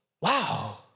wow